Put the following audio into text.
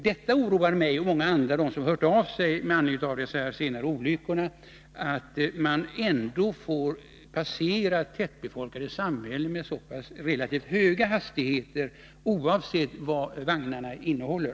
Det oroar mig och många andra, som har hört av sig med anledning av de här senaste olyckorna, att godståg ändå får passera tättbefolkade samhällen med så pass höga hastigheter oavsett vad vagnarna innehåller.